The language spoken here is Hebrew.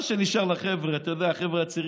מה שנשאר לחבר'ה הצעירים,